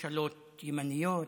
ממשלות ימניות,